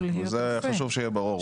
חשוב שזה יהיה ברור.